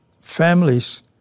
families